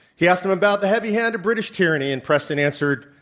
he asked him about the heavy hand of british tyranny and preston answered,